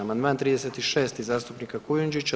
Amandman 36. zastupnika Kujundžića.